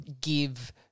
give